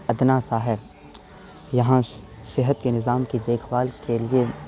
ادنیٰ سا ہے یہاں صحت کے نظام کی دیکھ بھال کے لیے